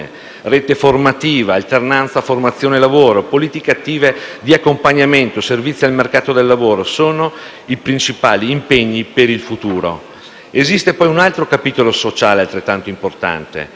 rete formativa, alternanza formazione-lavoro, politiche attive d'accompagnamento, servizi al mercato del lavoro sono i principali impegni per il futuro. Esiste poi un altro capitolo sociale altrettanto importante.